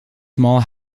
small